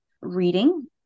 reading